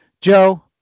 Joe